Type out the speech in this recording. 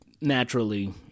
naturally